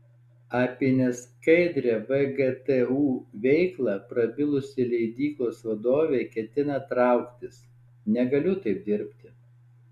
apie neskaidrią vgtu veiklą prabilusi leidyklos vadovė ketina trauktis negaliu taip dirbti